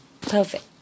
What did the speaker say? perfect